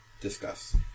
Discuss